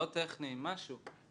לא טכניים, משהו.